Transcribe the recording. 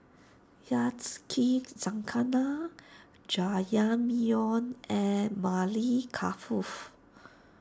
Yacikizakana Jajangmyeon and Maili